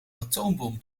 atoombom